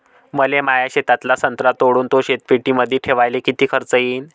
मले माया शेतातला संत्रा तोडून तो शीतपेटीमंदी ठेवायले किती खर्च येईन?